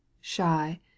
Shy